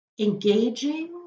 engaging